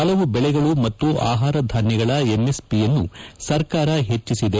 ಹಲವು ಬೆಳೆಗಳು ಮತ್ತು ಆಹಾರ ಧಾನ್ಯಗಳ ಎಂಎಸ್ ಪಿಯನ್ನು ಸರ್ಕಾರ ಹೆಚ್ಚಿಸಿದೆ